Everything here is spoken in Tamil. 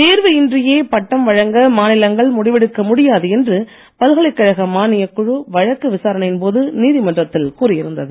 தேர்வு இன்றியே பட்டம் வழங்க மாநிலங்கள் முடிவெடுக்க முடியாது என்று பல்கலைக்கழக மானியக் குழு வழக்கு விசாரணையின் போது நீதிமன்றத்தில் கூறியிருந்தது